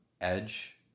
Edge